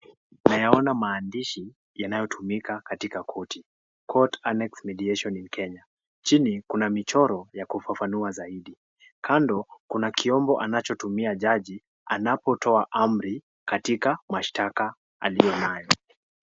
Nayaona maandishi yanayotumika katika koti court annex mediation in Kenya. Chini kuna michoro ya kufafanua zaidi. Kando, kuna kiombo anachotumia jaji, anapotoa amri, katika mashtaka aliyo nayo.